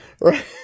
right